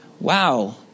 Wow